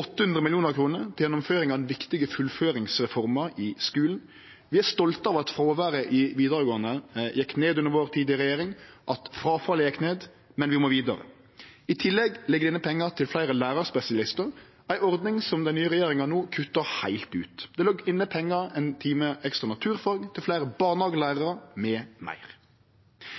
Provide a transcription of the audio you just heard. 800 mill. kr til gjennomføring av den viktige fullføringsreforma i skulen. Vi er stolte av at fråværet i vidaregåande gjekk ned under vår tid i regjering, og at fråfallet gjekk ned, men vi må vidare. I tillegg ligg det inne pengar til fleire lærarspesialistar, ei ordning den nye regjeringa no kuttar heilt ut. Det låg inne pengar til ein time ekstra naturfag, til fleire barnehagelærarar